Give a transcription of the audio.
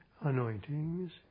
anointings